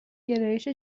گرایش